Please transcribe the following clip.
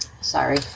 Sorry